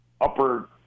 upper